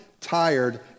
tired